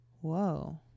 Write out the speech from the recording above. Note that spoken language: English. Whoa